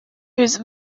whose